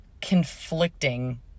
conflicting